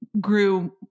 grew